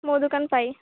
ମୋ ଦୋକାନ ପାଇ